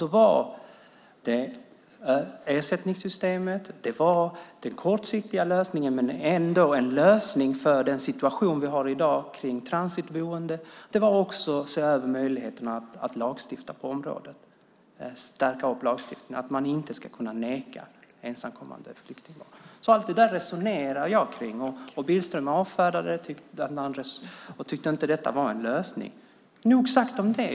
Det handlade om ersättningssystemet, och det var den kortsiktiga lösningen men ändå en lösning för den situation vi har i dag kring transitboende. Det handlade också om att se över möjligheten att stärka lagstiftningen på området så att man inte ska kunna neka att ta emot ensamkommande flyktingbarn. Allt det där resonerade jag kring, men Billström avfärdade det och tyckte inte att det var en lösning. Nog sagt om det.